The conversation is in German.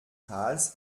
hals